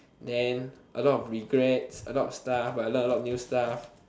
then a lot of regrets a lot stuff a lot a lot new stuff